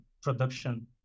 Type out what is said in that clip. production